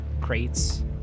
crates